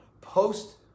post